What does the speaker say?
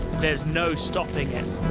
there's no stopping. and